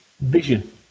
vision